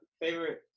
Favorite